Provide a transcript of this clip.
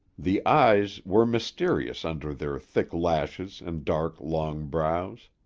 the eyes were mysterious under their thick lashes and dark, long brows.